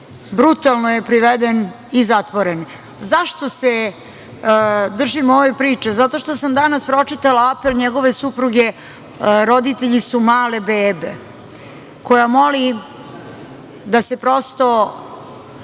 brutalno je priveden i zatvoren.Zašto se držim ove priče? Zato što sam danas pročitala apel njegove supruge, roditelji su male bebe, koja moli da se prosto